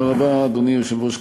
אדוני היושב-ראש,